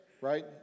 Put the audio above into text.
right